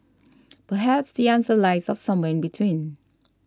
perhaps the answer lies of somewhere in between